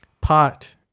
pot